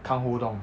kang ho dong